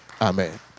Amen